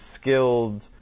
skilled